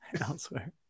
Elsewhere